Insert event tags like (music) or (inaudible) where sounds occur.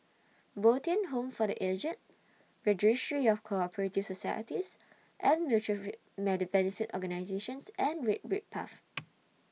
Bo Tien Home For The Aged Registry of Co Operative Societies and Mutual (unintelligible) Benefit Organisations and Red Brick Path